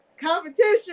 competition